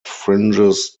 fringes